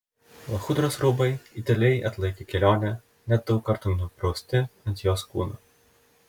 lachudros rūbai idealiai atlaikė kelionę net daug kartų nuprausti ant jos kūno